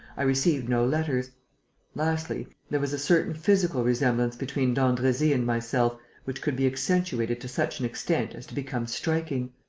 i received no letters lastly, there was a certain physical resemblance between d'andresy and myself which could be accentuated to such an extent as to become striking.